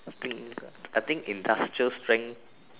I think I think industrial strength